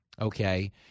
okay